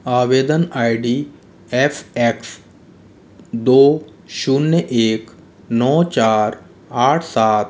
आवेदन I D F X दो शून्य एक नौ चार आठ सात